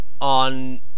on